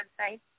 website